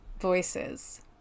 voices